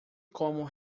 como